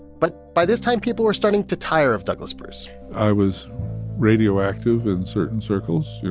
but by this time, people were starting to tire of douglas bruce i was radioactive in certain circles. you